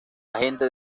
agente